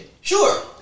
Sure